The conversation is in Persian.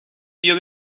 بیا